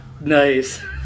Nice